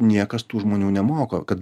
niekas tų žmonių nemoko kad